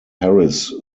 harris